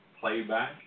playback